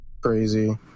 crazy